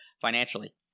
financially